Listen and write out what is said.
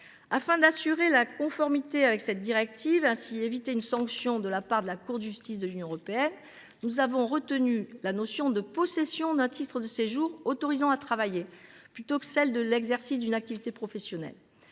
Afin d’assurer la conformité du texte avec cette directive et d’ainsi éviter une sanction de la part de la Cour de justice de l’Union européenne, nous avons retenu la notion de détention « d’un titre de séjour autorisant à travailler », plutôt que celle de l’exercice d’une activité professionnelle.